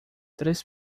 três